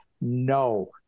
no